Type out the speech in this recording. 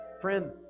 Friend